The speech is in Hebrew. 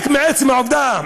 רק מעצם העובדה,